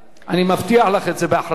אני מבטיח לך את זה באחריות מלאה.